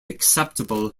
acceptable